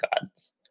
gods